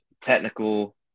technical